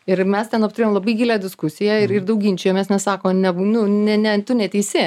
ir mes ten apturėjom labai gilią diskusiją ir ir daug ginčijomės nes sako ne nu ne ne tu neteisi